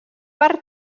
per